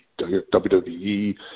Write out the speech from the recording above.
WWE